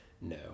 No